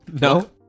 No